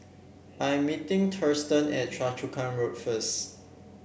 I am meeting Thurston at Choa Chu Kang Road first